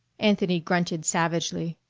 anthony grunted savagely.